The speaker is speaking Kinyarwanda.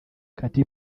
katy